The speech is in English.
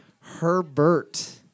Herbert